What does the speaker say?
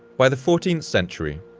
by the fourteenth century,